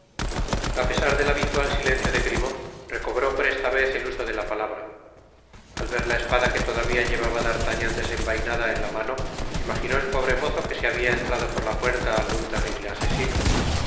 asistente apesar del habitual silencio de grimaud recobró por esta vez el uso de la palabra al ver la espada que todavia llevaba d'artagnan desenvainada en la mano imaginó el pobre mozo que se habia entrado por la puerta algun terrible asesino